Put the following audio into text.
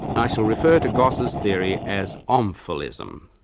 i shall refer to gosse's theory as omphalism,